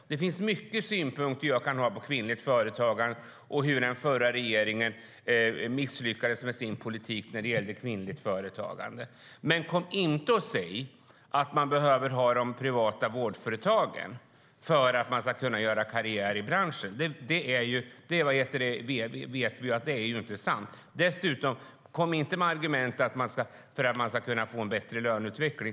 Jag kan ha många synpunkter på kvinnligt företagande och hur den förra regeringen misslyckades med sin politik när det gällde detta. Men kom inte och säg att man behöver ha de privata vårdföretagen för att man ska kunna göra karriär i branschen! Vi vet att det inte är sant. Kom inte heller med argumentet att de behövs för att man ska kunna få en bättre löneutveckling!